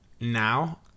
now